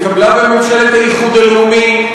התקבלה בממשלת האיחוד הלאומי.